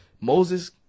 Moses